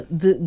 de